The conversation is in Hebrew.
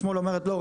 יד שמאל אומרת לא,